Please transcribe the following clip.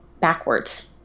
backwards